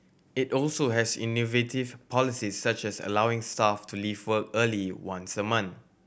it also has innovative policies such as allowing staff to leave work early once a month